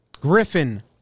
Griffin